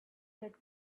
that